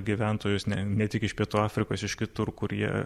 gyventojus ne ne tik iš pietų afrikos iš kitur kur jie